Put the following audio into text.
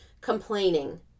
complaining